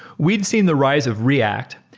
we'd seen the rise of react,